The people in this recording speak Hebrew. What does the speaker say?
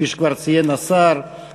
כפי שכבר ציין השר,